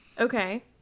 Okay